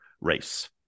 race